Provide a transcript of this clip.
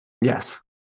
Yes